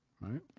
right